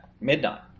midnight